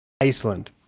Iceland